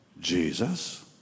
Jesus